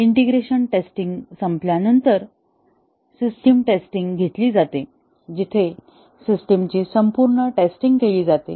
integration testing संपल्यानंतर system testing घेतली जाते जिथे सिस्टिमची संपूर्ण टेस्टिंग केली जाते